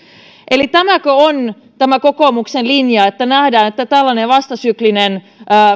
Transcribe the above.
eli tämäkö on kokoomuksen linja että nähdään että tällainen vastasyklinen